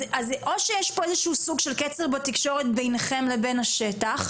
אז או שיש פה איזשהו סוג של קצר בתקשורת ביניכם לבין השטח,